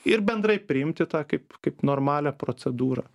ir bendrai priimti tą kaip kaip normalią procedūrą